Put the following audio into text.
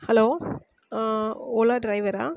hello Ola டிரைவரா